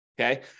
okay